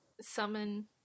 summon